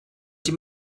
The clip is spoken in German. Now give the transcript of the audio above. dem